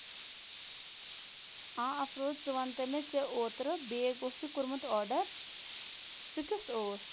آ اَفروز ژٕ وَن تہٕ مےٚ ژےٚ اوترٕ بیگ اوسٕے کوٚرمُت آرڈر سُہ کیُتھ اوس